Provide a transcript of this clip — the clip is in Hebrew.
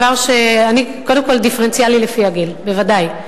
קודם כול, דיפרנציאלי לפי הגיל, בוודאי.